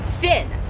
Finn